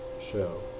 show